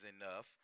enough